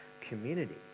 community